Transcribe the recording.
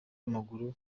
w’amaguru